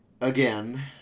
again